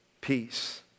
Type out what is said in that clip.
Peace